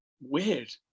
weird